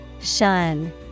Shun